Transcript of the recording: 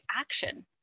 action